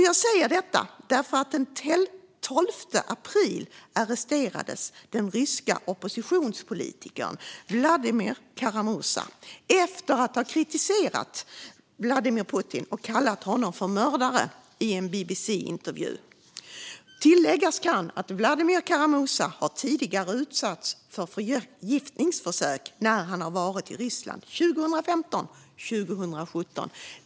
Jag säger detta därför att den ryske oppositionspolitikern Vladimir Kara-Murza den 12 april arresterades efter att ha kritiserat Vladimir Putin och kallat honom för mördare i en BBC-intervju. Tilläggas kan att Vladimir Kara-Murza tidigare, 2015 och 2017, har utsatts för förgiftningsförsök när han varit i Ryssland.